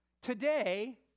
Today